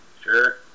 Sure